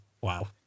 Wow